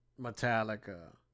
Metallica